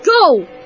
Go